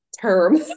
term